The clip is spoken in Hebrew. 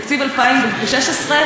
תקציב 2016,